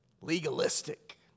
legalistic